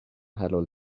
حلال